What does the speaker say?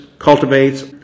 cultivates